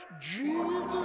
Jesus